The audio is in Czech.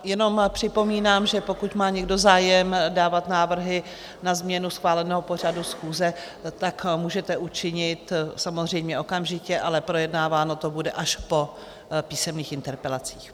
Jenom připomínám, že pokud má někdo zájem dávat návrhy na změnu schváleného pořadu schůze, tak můžete učinit samozřejmě okamžitě, ale projednáváno to bude až po písemných interpelacích.